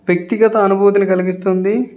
వ్యక్తిగత అనుభూతిని కలిగిస్తుంది